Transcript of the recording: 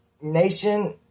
nation